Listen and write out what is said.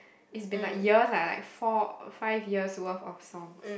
is been like years lah like four five years worth of songs